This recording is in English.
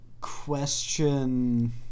question